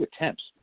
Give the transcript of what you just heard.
attempts